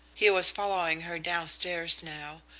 he was following her down-stairs now.